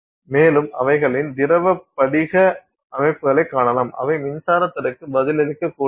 மேலும் அவைகளின் திரவ படிக அமைப்பைக் காணலாம் அவை மின்சாரத் துறைக்கு பதிலளிக்கக்கூடியவை